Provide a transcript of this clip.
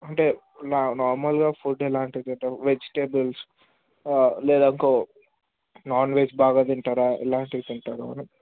అంటే నా నార్మల్గా ఫుడ్ ఎలాంటివి తింటారు వెజిటేబుల్స్ లేదా గో నాన్ వెజ్ బాగా తింటారా ఎలాంటివి తింటారు అని